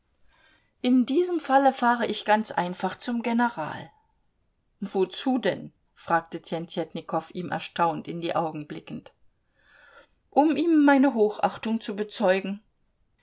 in diesem falle fahre ich ganz einfach zum general wozu denn fragte tjentjetnikow ihm erstaunt in die augen blickend um ihm meine hochachtung zu bezeugen